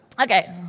Okay